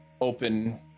open